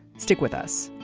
stick with us